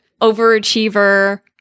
overachiever